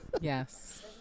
yes